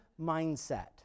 mindset